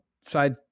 side